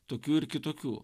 tokių ir kitokių